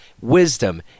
wisdom